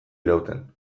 irauten